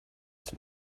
zum